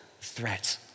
threats